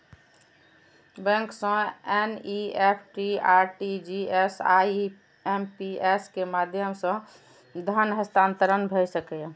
bank सं NEFT, RTGS, IMPS के माध्यम सं धन हस्तांतरण भए सकैए